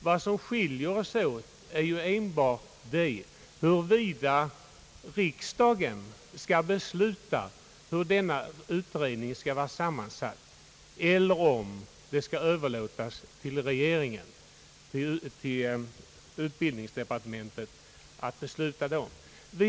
Vad som skiljer oss åt är enbart frågan huruvida riksdagen skall besluta hur utredningen skall vara sammansatt eller om det skall överlåtas på regeringen, på utbildningsdepartementet, att besluta härom.